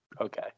Okay